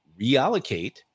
reallocate